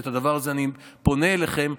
בדבר הזה אני פונה אליכם,